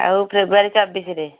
ଆଉ ଫେବୃୟାରୀ ଚବିଶରେ